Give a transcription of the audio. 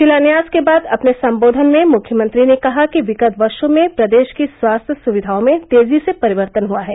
शिलान्यास के बाद अपने सम्बोधन में मुख्यमंत्री ने कहा कि विगत वर्षो में प्रदेश की स्वास्थ्य सुविधाओं में तेजी से परिवर्तन हुआ है